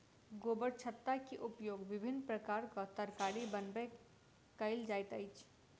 गोबरछत्ता के उपयोग विभिन्न प्रकारक तरकारी बनबय कयल जाइत अछि